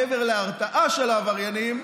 מעבר להרתעה של העבריינים,